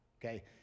Okay